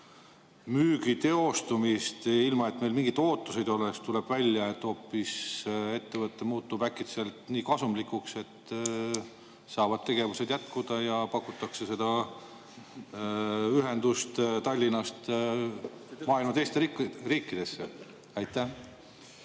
müügi teostumist, ilma et meil mingeid ootusi oleks, tuleb välja, et hoopis ettevõte muutub äkitselt nii kasumlikuks, et tegevused saavad jätkuda ja pakutakse seda ühendust Tallinnast maailma teistesse riikidesse? Aitäh,